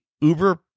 Uber